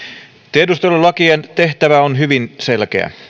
tiedustelulakien tehtävä on hyvin selkeä